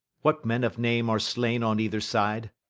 what men of name are slain on either side?